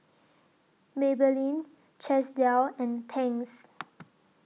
Maybelline Chesdale and Tangs